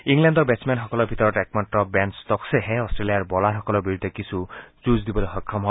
ইংলেণ্ডৰ বেটছমেনসকলৰ ভিতৰত একমাত্ৰ বেন ষ্ট'কছেহে অট্টেলিয়াৰ ব'লাৰসকলৰ বিৰুদ্ধে কিছু যুঁজ দিবলৈ সক্ষম হয়